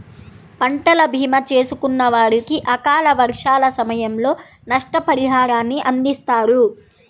పంటల భీమా చేసుకున్న వారికి అకాల వర్షాల సమయంలో నష్టపరిహారాన్ని అందిస్తారు